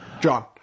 John